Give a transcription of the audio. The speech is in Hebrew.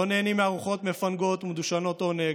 לא נהנים מארוחות מפנקות ומדושנות עונג,